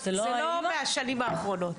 זה לא מהשנים האחרונות.